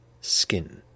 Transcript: skin